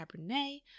Cabernet